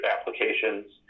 applications